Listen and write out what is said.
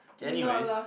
okay anyways